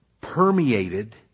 permeated